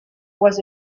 was